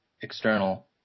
external